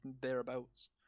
thereabouts